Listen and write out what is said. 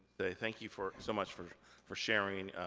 thank you for, so much, for for sharing,